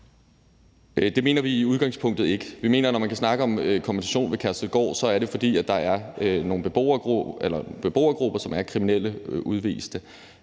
Det mener vi i udgangspunktet ikke. Vi mener, at når man kan snakke om kompensation ved Kærshovedgård, er det, fordi der er nogle beboergrupper, som består af kriminelle udviste.